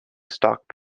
stock